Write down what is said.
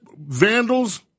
vandals